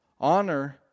Honor